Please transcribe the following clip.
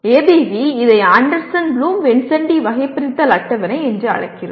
ABV இதை Anderson Bloom வின்சென்டி வகைபிரித்தல் அட்டவணை என்று அழைக்கிறோம்